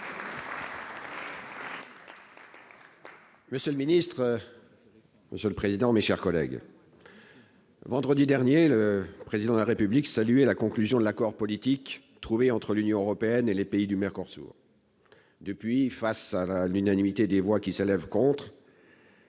auprès du ministre de l'Europe et des affaires étrangères. Vendredi dernier, le Président de la République saluait la conclusion de l'accord politique trouvé entre l'Union européenne et les pays du Mercosur. Depuis lors, face à l'unanimité des voix qui s'élèvent pour